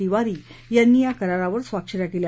तिवारी यांनी या करारावर स्वाक्षन्या केल्या